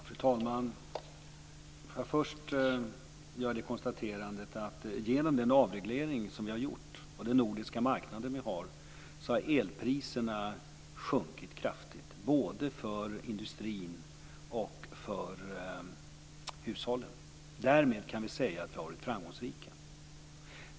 Fru talman! Låt mig först konstatera att genom den avreglering som vi har gjort och den marknad som vi har i Norden har elpriserna sjunkit kraftigt, både för industrin och för hushållen. Därmed kan vi säga att vi har varit framgångsrika.